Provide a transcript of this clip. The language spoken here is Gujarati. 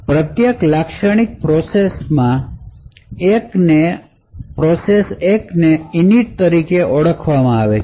પ્રત્યેક લાક્ષણિક પ્રણાલીમાં પ્રોસેસ 1 ને init તરીકે ઓળખવામાં આવે છે